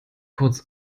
kurz